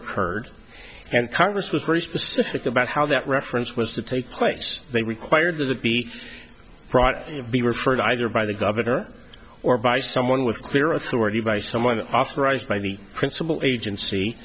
occurred and congress was very specific about how that reference was to take place they required that it be brought in to be referred either by the governor or by someone with clear authority by someone authorized by the principal agency